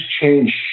change